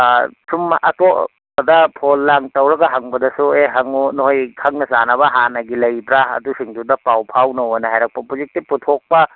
ꯑꯥ ꯁꯨꯝ ꯑꯇꯣꯞꯗ ꯐꯣꯟ ꯂꯥꯡ ꯇꯧꯔꯒ ꯍꯪꯕꯗꯁꯨ ꯑꯦ ꯍꯪꯎ ꯅꯣꯏ ꯈꯪꯅ ꯆꯥꯟꯅꯕ ꯍꯥꯟꯅꯒꯤ ꯂꯩꯕ꯭ꯔꯥ ꯑꯗꯨꯁꯤꯡꯗꯨꯗ ꯄꯥꯎ ꯐꯥꯎꯅꯧꯑꯅ ꯍꯥꯏꯔꯛꯄ ꯍꯧꯖꯤꯛꯇꯤ ꯄꯨꯊꯣꯛꯄ